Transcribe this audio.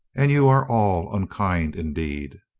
and you are all unkind indeed!